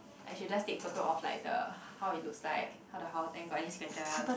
like she will just take photo of like the how it looks how the house then go any scratches